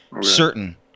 certain –